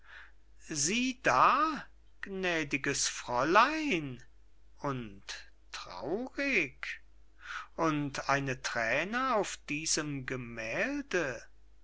sie da gnädiges fräulein und traurig und eine thräne auf diesem gemählde